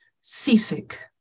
Seasick